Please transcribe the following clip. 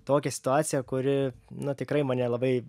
tokią situaciją kuri na tikrai mane labai